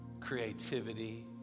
Creativity